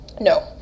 No